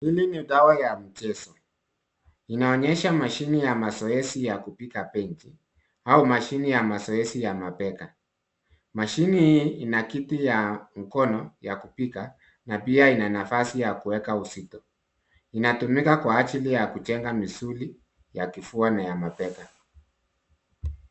Hili ni dawa ya mchezo, inaonyesha mashini ya mazoezi ya kupiga benchi au mashini ya mazoezi ya mabega. Mashini hii ina kiti ya mkono ya kupiga, na pia ina nafasi ya kuweka uzito. Inatumika kwa ajili ya kujenga misuli ya kifua na ya mabega.